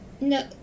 No